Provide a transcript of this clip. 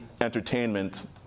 entertainment